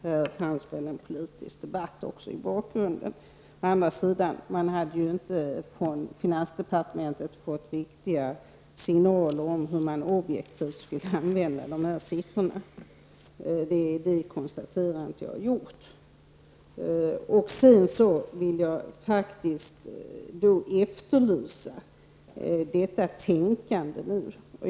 Där fanns också mången politisk debatt i bakgrunden. Dessutom hade man inte från finansdepartementet fått riktiga signaler om hur man objektivt skulle använda dessa siffror. Det är de konstateranden jag har gjort. Sedan vill jag faktiskt efterlysa detta tänkande.